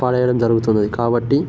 పడేయడం జరుగుతుంది కాబట్టి